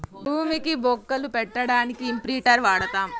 భూమికి బొక్కలు పెట్టడానికి ఇంప్రింటర్ వాడతం